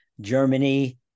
Germany